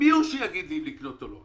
מי הוא שיגיד לי אם לקנות או לא?